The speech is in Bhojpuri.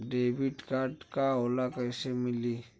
डेबिट कार्ड का होला कैसे मिलेला?